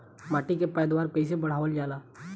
माटी के पैदावार कईसे बढ़ावल जाला?